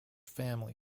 family